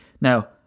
Now